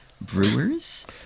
Brewers